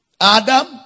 Adam